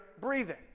breathing